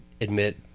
admit